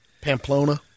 Pamplona